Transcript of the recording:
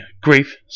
Grief